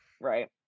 right